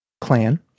clan